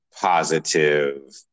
positive